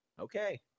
Okay